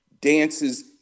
dances